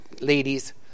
ladies